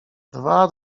dwa